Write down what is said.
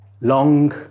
long